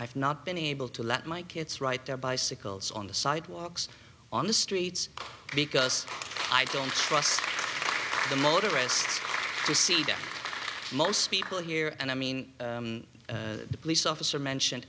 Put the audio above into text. i've not been able to let my kids write their bicycles on the sidewalks on the streets because i don't trust the motorists to see that most people here and i mean the police officer mentioned